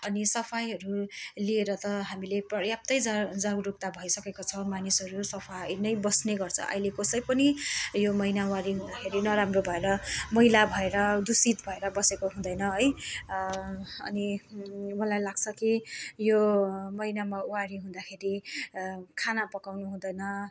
अनि सफाइहरू लिएर त पर्याप्तै जाग जागरुकता भइसकेको छ मानिसहरू सफाइ नै बस्नेगर्छ अहिले कसै पनि यो महिनामारी हुँदाखेरि नराम्रो भएर मैला भएर दूषित भएर बसेको हुँदैन है अनि मलाई लाग्छ कि यो महिनामा वारी हुँदाखेरि खाना पकाउनु हुँदैन